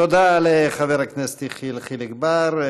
תודה לחבר הכנסת יחיאל חיליק בר.